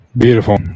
Beautiful